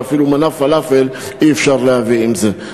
שאפילו מנה פלאפל אי-אפשר להביא עם זה.